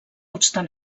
obstant